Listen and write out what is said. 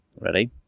Ready